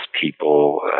people